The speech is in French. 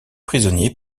prisonnier